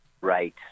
Right